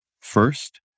First